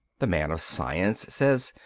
the man of science says,